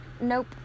nope